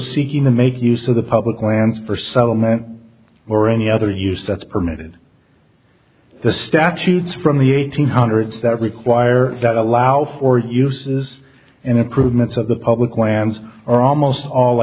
seeking to make use of the public lands for settlement or any other use that's permitted the statutes from the eighteen hundreds that require that allow for uses and improvements of the public lands are almost all